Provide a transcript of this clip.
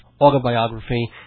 autobiography